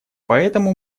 поэтому